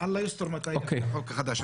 אללה יוסטור מתי יגיע החוק החדש.